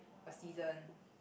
a season